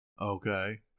Okay